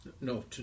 No